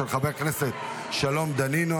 של חבר הכנסת שלום דנינו.